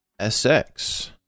SX